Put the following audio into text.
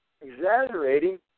exaggerating